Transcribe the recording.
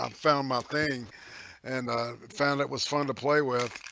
um found my thing and found it was fun to play with